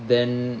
then